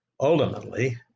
Ultimately